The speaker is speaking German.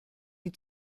die